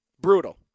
Brutal